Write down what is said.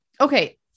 Okay